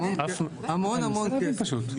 המון המון כסף.